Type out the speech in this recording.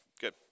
good